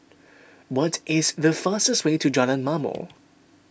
what is the fastest way to Jalan Ma'mor